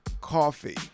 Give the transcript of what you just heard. coffee